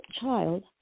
child